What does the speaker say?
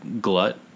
glut